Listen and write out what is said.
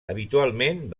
habitualment